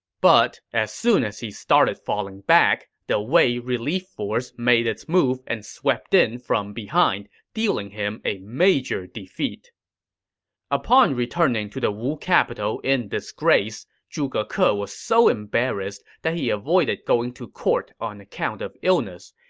but as soon as he started falling back, the wei relief force made its move and swept in from behind, dealing him a major defeat upon returning to the wu capital in disgrace, zhuge ke ah was so embarrassed that he avoided going to court on account of illness,